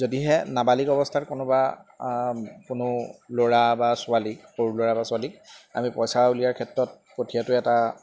যদিহে নাবালিক অৱস্থাত কোনোবা কোনো ল'ৰা বা ছোৱালী সৰু ল'ৰা বা ছোৱালীক আমি পইচা উলিয়াৰ ক্ষেত্ৰত পঠিয়াতো এটা